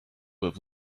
have